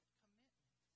commitment